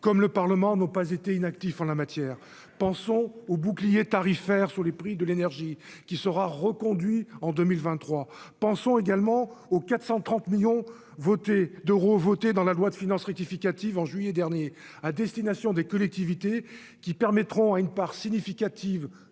comme le Parlement n'ont pas été inactifs en la matière, pensons au bouclier tarifaire sur les prix de l'énergie qui sera reconduit en 2023 pensons également aux 430 millions votés d'euros votés dans la loi de finances rectificative en juillet dernier à destination des collectivités qui permettront à une part significative